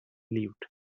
lived